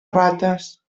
rates